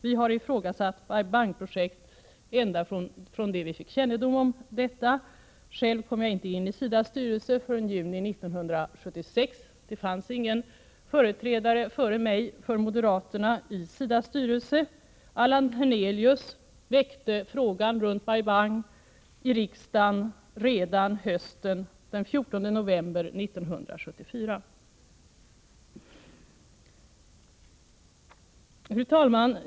Vi har ifrågasatt Bai Bang-projektet ända sedan vi fick kännedom om det. Själv kom jag inte in i SIDA:s styrelse förrän i juni 1976, och det fanns ingen företrädare för moderaterna i styrelsen före mig. Allan Hernelius väckte frågan om Bai Bang i riksdagen redan den 14 november 1974. Fru talman!